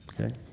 okay